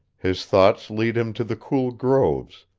his thoughts lead him to the cool groves,